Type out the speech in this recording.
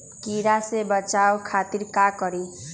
कीरा से बचाओ खातिर का करी?